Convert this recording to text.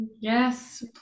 Yes